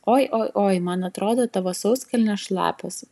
oi oi oi man atrodo tavo sauskelnės šlapios